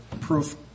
proof